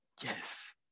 Yes